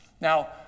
Now